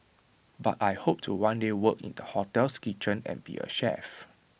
but I hope to one day work in the hotel's kitchen and be A chef